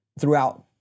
throughout